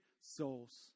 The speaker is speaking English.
souls